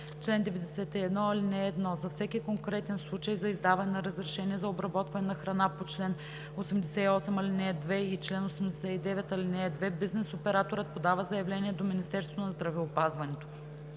чл. 91: „Чл. 91. (1) За всеки конкретен случай за издаване на разрешение за обработване на храна по чл. 88, ал. 2 и чл. 89, ал. 2 бизнес операторът подава заявление до Министерството на здравеопазването.